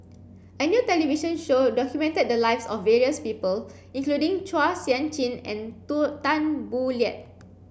a new television show documented the lives of various people including Chua Sian Chin and Tu Tan Boo Liat